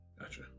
Gotcha